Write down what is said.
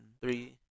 three